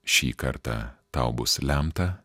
šį kartą tau bus lemta